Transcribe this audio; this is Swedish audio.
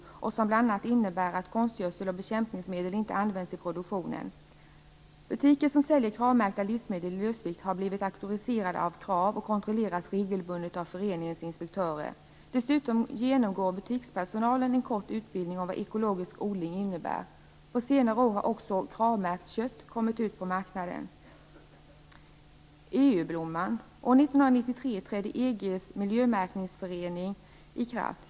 Den innebär bl.a. att konstgödsel och bekämpningsmedel inte används i produktionen. Butiker som säljer Kravmärkta livsmedel i lösvikt har blivit auktoriserade av Krav och kontrolleras regelbundet av föreningens inspektörer. Dessutom genomgår butikspersonalen en kort utbildning av vad ekologisk odling innebär. På senare år har också Krav-märkt kött kommit ut på marknaden. Sedan finns EU-blomman. År 1993 trädde EG:s miljömärkningsförordning i kraft.